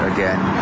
again